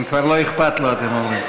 כן, כבר לא אכפת לו, אתם אומרים.